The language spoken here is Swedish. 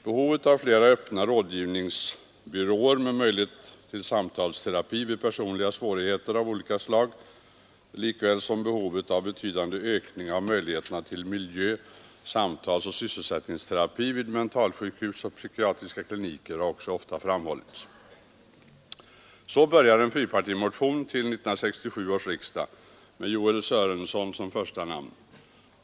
Behovet av flera öppna rådgivningsbyråer med möjlighet till samtalsterapi vid personliga svårigheter av olika slag likaväl som behovet av en betydande ökning av möjligheterna till miljö-, samtalsoch sysselsättningsterapi vid mentalsjukhus och psykiatriska kliniker har också ofta framhållits.” Så började en fyrpartimotion till 1967 års riksdag med Joel Sörenson som första namn.